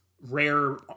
rare